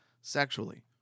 sexually